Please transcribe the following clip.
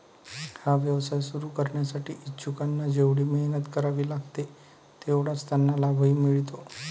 हा व्यवसाय सुरू करण्यासाठी इच्छुकांना जेवढी मेहनत करावी लागते तेवढाच त्यांना लाभही मिळतो